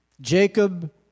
Jacob